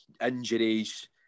injuries